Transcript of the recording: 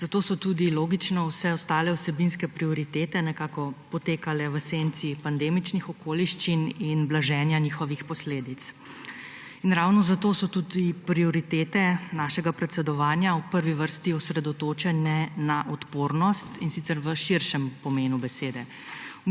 Zato so tudi logično vse ostale vsebinske prioritete nekako potekale v senci pandemičnih okoliščin in blaženja njihovih posledic. Ravno zato so tudi prioritete našega predsedovanja v prvi vrsti osredotočene na odpornost, in sicer v širšem pomenu besede.